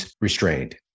restrained